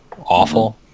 awful